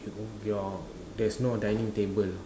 your there's no dining table